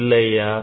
இல்லையா